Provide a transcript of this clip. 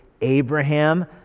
Abraham